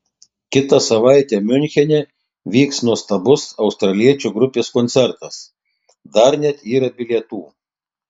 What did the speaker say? kitą savaitę miunchene vyks nuostabus australiečių grupės koncertas dar net yra bilietų